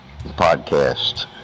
podcast